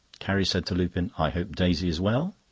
carrie said to lupin i hope daisy is well?